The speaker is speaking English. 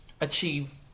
achieve